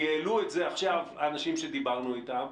העלו את זה עכשיו האנשים שדיברנו איתם,